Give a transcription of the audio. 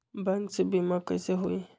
Bank से बिमा कईसे होई?